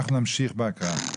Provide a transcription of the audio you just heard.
אנחנו נמשיך בהקראה.